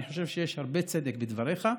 אני חושב שיש הרבה צדק בדבריך,